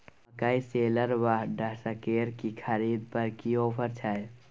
मकई शेलर व डहसकेर की खरीद पर की ऑफर छै?